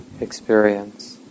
experience